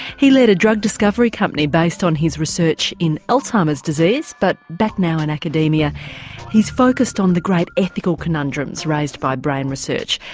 he led a drug discovery company based on his research in alzheimer's disease, but back now in academia he's focused on the great ethical conundrums raised by brain research.